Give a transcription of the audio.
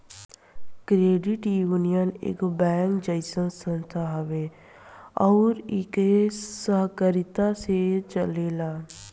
credit union एगो bank जइसन संस्था हवे अउर इ के सहकारिता से चलेला